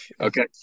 Okay